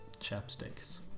chapsticks